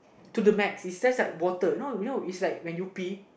to the max it's just like water you know you know it's like when you pee